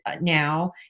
now